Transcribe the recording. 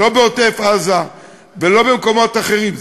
לא בעוטף-עזה ולא במקומות אחרים.